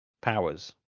powers